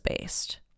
based